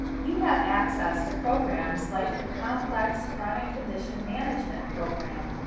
you have access to programs like the complex chronic condition management program.